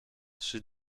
trzy